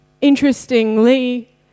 Interestingly